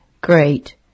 great